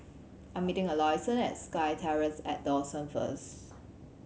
I am meeting Allyson at SkyTerrace at Dawson first